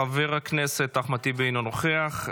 חבר הכנסת אחמד טיבי, אינו נוכח.